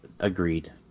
Agreed